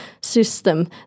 system